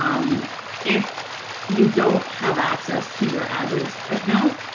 um if you don't have access to your adwords account,